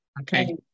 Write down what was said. Okay